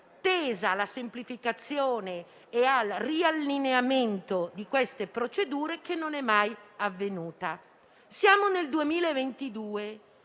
tesa alla semplificazione e al riallineamento di queste procedure che non è mai avvenuta. Siamo nel 2022